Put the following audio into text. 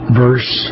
verse